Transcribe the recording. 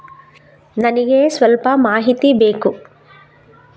ನನಿಗೆ ಸ್ವಲ್ಪ ಮಾಹಿತಿ ಬೇಕು